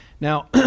Now